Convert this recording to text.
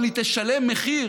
אבל היא תשלם מחיר